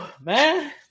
man